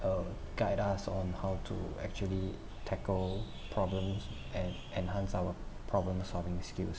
uh guide us on how to actually tackle problems and enhance our problem solving skills